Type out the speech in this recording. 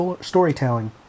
storytelling